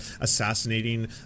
assassinating